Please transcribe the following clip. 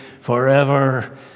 forever